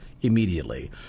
immediately